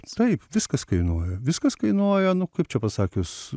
taip viskas kainuoja viskas kainuoja nu kaip čia pasakius